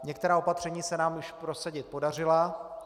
Některá opatření se nám už prosadit podařilo.